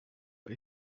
but